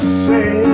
say